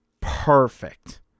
perfect